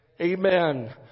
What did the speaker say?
Amen